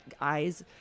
Eyes